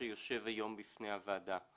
אני